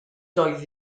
doedd